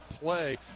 play